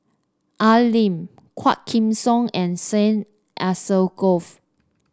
Al Lim Quah Kim Song and Syed Alsagoff